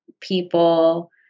people